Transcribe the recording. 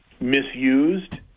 misused